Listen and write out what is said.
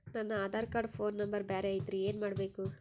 ನನ Aadhaar card phone number ಬ್ಯಾರೆ ಐತ್ರಿ ಏನ ಮಾಡಬೇಕು?